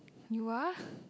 you are